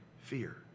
fear